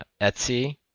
Etsy